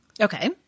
Okay